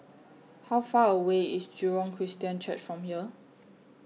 How Far away IS Jurong Christian Church from here